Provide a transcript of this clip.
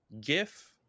gif